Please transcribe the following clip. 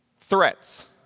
Threats